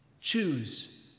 choose